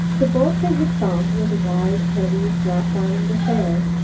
the boat they had found was a wide, heavy, flat-bottomed affair,